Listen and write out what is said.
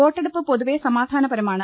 വോട്ടെ ടുപ്പ് പൊതുവെ സമാധാനപമാണ്